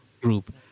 group